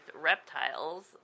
reptiles